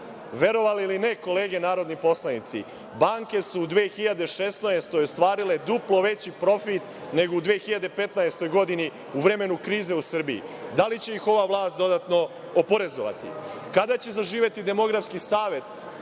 Verovali ili ne kolege narodni poslanici, banke su u 2016. godini ostvarile duplo veći profit nego u 2015. godini u vremenu krize u Srbiji. Da li će ih ova vlast dodatno oporezovati? Kada će zaživeti demokratski savez,